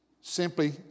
simply